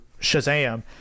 Shazam